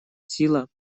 сила